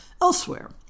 elsewhere